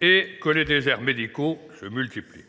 et que les déserts médicaux se multiplient